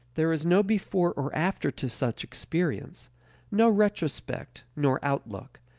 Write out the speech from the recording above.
there is no before or after to such experience no retrospect nor outlook,